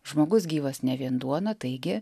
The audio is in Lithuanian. žmogus gyvas ne vien duona taigi